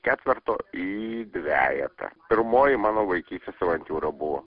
ketverto į dvejetą pirmoji mano vaikystės avantiūra buvo